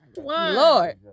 Lord